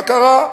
מה קרה?